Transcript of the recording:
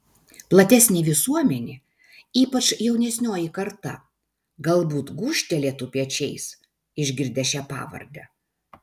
platesnė visuomenė ypač jaunesnioji karta galbūt gūžtelėtų pečiais išgirdę šią pavardę